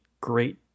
great